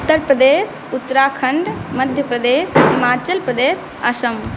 Uttar Pradesh Uttarakhand Madhya Pradesh Himachal Pradesh Assam